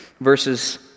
verses